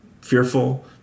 fearful